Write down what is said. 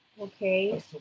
Okay